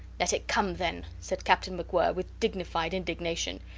let it come, then, said captain macwhirr, with dignified indignation.